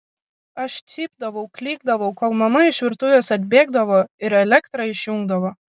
aš cypdavau klykdavau kol mama iš virtuvės atbėgdavo ir elektrą išjungdavo